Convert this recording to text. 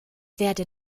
werde